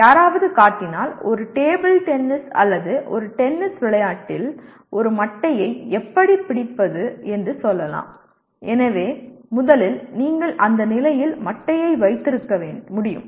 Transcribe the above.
யாராவது காட்டினால் ஒரு டேபிள் டென்னிஸ் அல்லது ஒரு டென்னிஸ் விளையாட்டில் ஒரு மட்டையை எப்படிப் பிடிப்பது என்று சொல்லலாம் எனவே முதலில் நீங்கள் அந்த நிலையில் மட்டையை வைத்திருக்க முடியும்